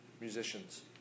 musicians